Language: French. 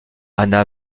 anna